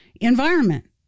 environment